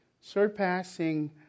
surpassing